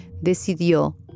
decidió